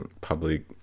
public